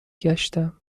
گشتم